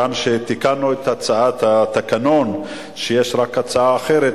כיוון שתיקנו את התקנון יש רק הצעה אחרת,